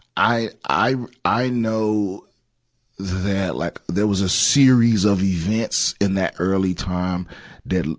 i, i, i know that like, there was a series of events in that early time that,